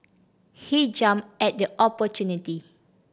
he jumped at the opportunity